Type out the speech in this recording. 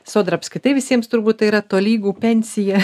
sodra apskritai visiems turbūt tai yra tolygu pensija